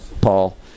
Paul